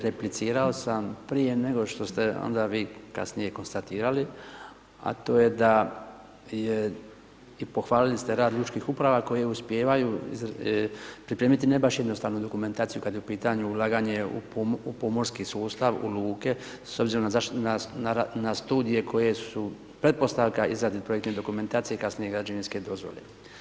Replicirao sam prije nego što ste onda vi kasnije konstatirali, a to je da je, i pohvalili ste rad lučkih uprava koje uspijevaju pripremiti ne baš jednostavnu dokumentaciju kad je u pitanju ulaganje u pomorski sustav, u luke, s obzirom na studije koje su pretpostavka izradi projektne dokumentacije, i kasnije građevinske dozvole.